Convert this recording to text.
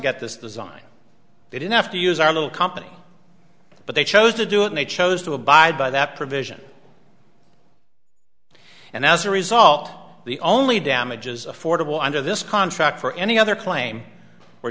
get this design it enough to use our little company but they chose to do and they chose to abide by that provision and as a result the only damages affordable under this contract for any other claim